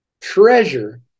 treasure